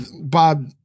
Bob